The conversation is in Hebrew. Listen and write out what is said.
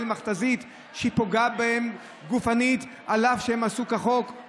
מכת"זית שפוגעת בהם גופנית אף שהם פעלו כחוק,